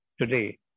today